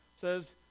says